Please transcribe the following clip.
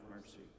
mercy